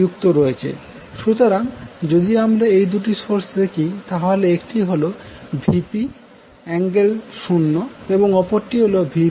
সুতরাং যদি আমরা এই দুটি সোর্স দেখি তাহলে একটি হল Vp∠0 এবং অপরটি হল Vp∠ 90